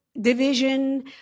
division